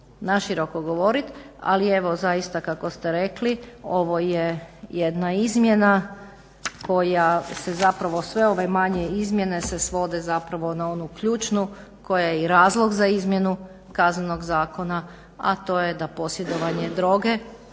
naširoko govoriti. Ali evo zaista kako ste rekli ovo je jedna izmjena koja se zapravo sve ove manje izmjene se svode na onu ključnu koja je i razlog za izmjenu Kaznenog zakona, a to je da posjedovanje droge